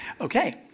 Okay